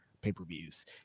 pay-per-views